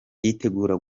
yitegura